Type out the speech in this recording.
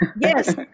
Yes